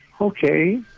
okay